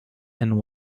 and